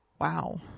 Wow